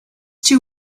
too